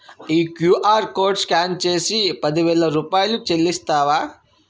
ఈ QR code scan చేసి పది వేల రూపాయలు చెల్లిస్తావా